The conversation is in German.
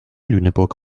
lüneburg